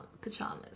pajamas